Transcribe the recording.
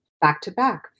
back-to-back